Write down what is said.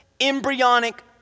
embryonic